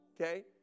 okay